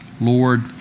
Lord